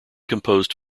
composed